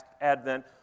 Advent